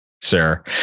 sir